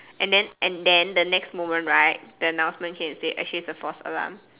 and then and then the next moment right the announcement came to say actually it was a false alarm